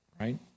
right